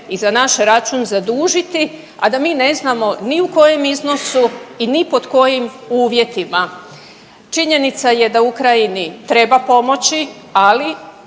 i za naš račun zadužiti, a da mi ne znamo ni u kojem iznosu i ni pod kojim uvjetima. Činjenica je da Ukrajini treba pomoći, ali